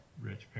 rich